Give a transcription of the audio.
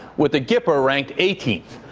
with the gipper ranked eighteenth.